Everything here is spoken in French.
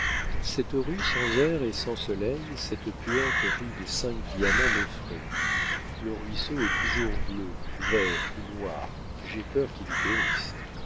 cette rue sans air et sans soleil cette puante rue des cinq diamants m'effraie le ruisseau est toujours bleu vert ou noir j'ai peur qu'il y périsse